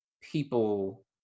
people